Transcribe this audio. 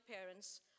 parents